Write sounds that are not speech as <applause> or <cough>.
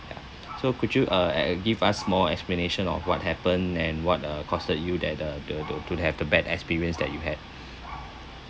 ya so could you uh give us more explanation of what happened and what uh caused you that uh the the to have the bad experience that you had <breath>